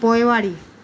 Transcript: पोइवारी